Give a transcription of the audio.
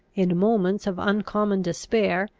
in moments of uncommon despair,